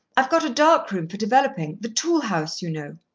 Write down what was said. i've got a dark-room for developing, the tool-house, you know.